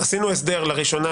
לראשונה